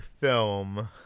film